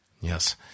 Yes